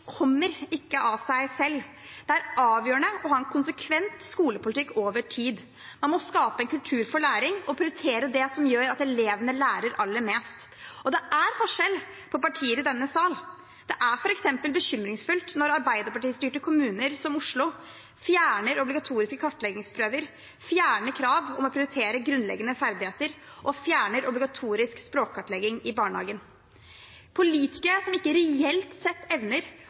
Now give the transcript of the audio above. kommer ikke av seg selv. Det er avgjørende å ha en konsekvent skolepolitikk over tid. Man må skape en kultur for læring og prioritere det som gjør at elevene lærer aller mest. Og det er forskjell på partier i denne sal. Det er f.eks. bekymringsfullt når Arbeiderparti-styrte kommuner som Oslo fjerner obligatoriske kartleggingsprøver, fjerner krav om å prioritere grunnleggende ferdigheter og fjerner obligatorisk språkkartlegging i barnehagen. Politikere som ikke reelt sett evner